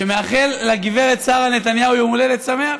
שמאחל לגברת שרה נתניהו יום הולדת שמח.